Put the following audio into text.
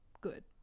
good